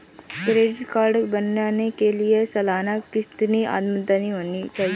Credit card बनाने के लिए सालाना कितनी आमदनी होनी चाहिए?